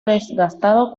desgastado